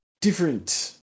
different